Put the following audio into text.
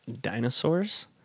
dinosaurs